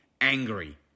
angry